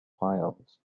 piles